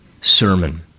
sermon